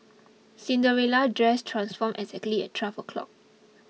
Cinderella's dress transformed exactly at twelve o' clock